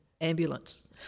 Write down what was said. ambulance